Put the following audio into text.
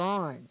on